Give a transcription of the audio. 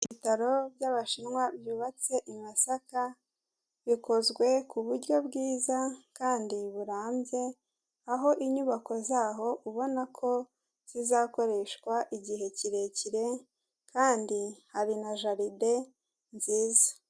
Ibitaro by'Abashinwa byubatse i Masaka bikozwe ku buryo bwiza kandi burambye, aho inyubako zaho ubona ko zizakoreshwa igihe kirekire kandi hari na jaride nziza.